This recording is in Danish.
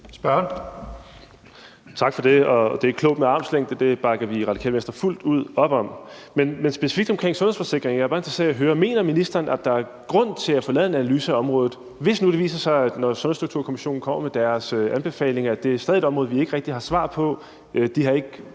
Lindgreen (RV): Tak for det. Det er klogt med armslængde. Det bakker vi i Radikale Venstre fuldt ud op om. Men specifikt omkring sundhedsforsikringer er jeg bare interesseret i at høre, om ministeren mener, at der er grund til at få lavet en analyse af området. Hvis nu det viser sig, når Sundhedsstrukturkommissionen kommer med deres anbefalinger, at det stadig er et område, vi ikke rigtig har svar på, og at de